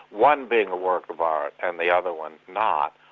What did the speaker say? one being a work of art and the other one not,